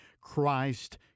Christ